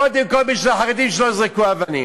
קודם כול בשביל החרדים, שלא יזרקו אבנים.